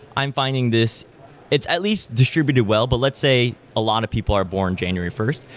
i'm finding this it's at least distributed well, but let's say a lot of people are born january first,